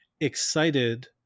excited